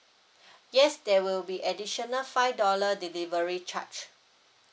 yes there will be additional five dollar delivery charge